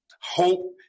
hope